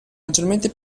leggermente